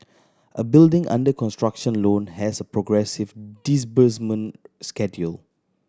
a building under construction loan has a progressive disbursement schedule